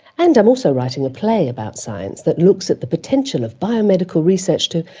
and i'm also writing a play about science that looks at the potential of biomedical research to.